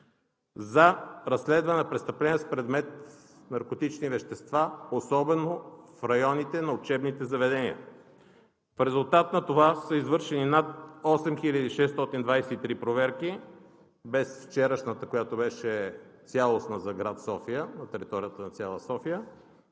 за разследване на престъпления с предмет „наркотични вещества“, особено в районите на учебните заведения. В резултат на това са извършени над 8623 проверки, без вчерашната, която беше цялостна за град София, на територията на цяла София,